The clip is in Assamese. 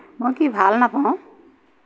মই কি ভাল নাপাওঁ